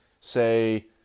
say